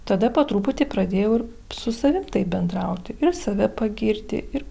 tada po truputį pradėjau ir su savim bendrauti ir save pagirti ir